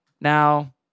now